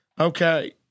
Okay